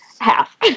half